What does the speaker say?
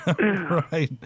Right